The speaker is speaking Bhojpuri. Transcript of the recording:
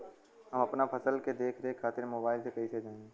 हम अपना फसल के देख रेख खातिर मोबाइल से कइसे जानी?